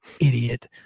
idiot